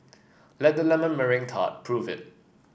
let the lemon meringue tart prove it